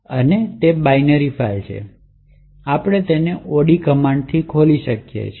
તો તે binary file છે આપણે તેને od કમાન્ડ થી ખોલી શકીએ છીએ